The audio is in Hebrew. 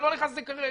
אני לא נכנס לזה כרגע,